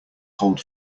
hold